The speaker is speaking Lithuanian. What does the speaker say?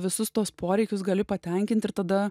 visus tuos poreikius gali patenkinti ir tada